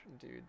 Dude